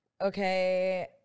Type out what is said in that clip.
okay